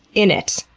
in it.